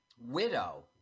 widow